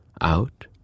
out